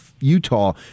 Utah